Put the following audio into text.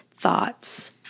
Thoughts